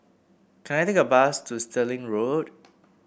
can I take a bus to Stirling Road